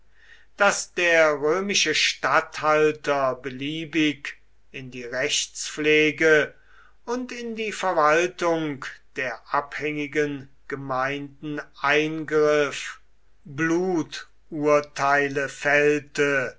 daß der römische statthalter beliebig in die rechtspflege und in die verwaltung der abhängigen gemeinden eingriff bluturteile fällte